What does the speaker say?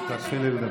תמיד אמרתי, אבל